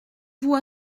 vous